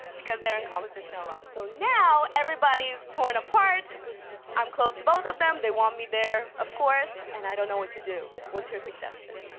because they're in competition a lot. so now everybody's torn apart i'm close to both of them, they want me there, of course, and i don't know what to do. what's your suggestion?